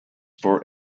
for